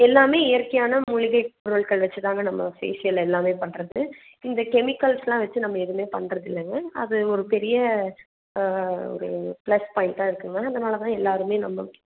எல்லாமே இயற்கையான மூலிகை பொருட்கள் வச்சுத்தாங்க நம்ம ஃபேஷியல் எல்லாமே பண்ணுறது இந்த கெமிக்கல்ஸ் எல்லாம் வச்சு எதுவுமே பண்ணுறது இல்லைங்க அது ஒரு பெரிய ஒரு ப்ளஸ் பாய்ண்டாக இருக்குங்க அதனாலதான் எல்லாருமே நம்ம